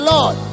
Lord